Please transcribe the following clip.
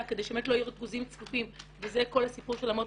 כדי שבאמת לא יהיו ריכוזים צפופים וזה כל הסיפור של אמות